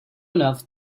enough